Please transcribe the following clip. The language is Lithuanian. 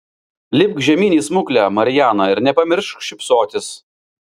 lipk žemyn į smuklę mariana ir nepamiršk šypsotis